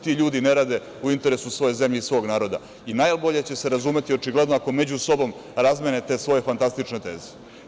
Ti ljudi ne rade u interesu svoje zemlje i svog naroda, i najbolje će se razumeti očigledno ako među sobom razmene te svoje fantastične teze.